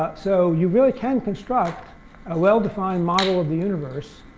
but so you really can construct a well-defined model of the universe,